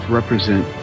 represent